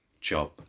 job